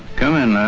come in